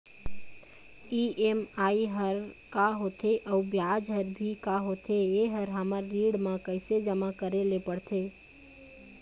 EMI हर का होथे अऊ ब्याज हर भी का होथे ये हर हमर ऋण मा कैसे जमा करे ले पड़ते?